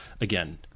again